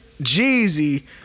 Jeezy